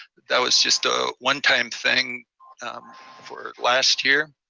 that was just a one time thing for last year.